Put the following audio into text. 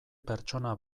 pertsona